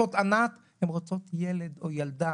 הן רוצות ילד או ילדה